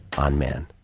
on men